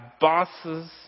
bosses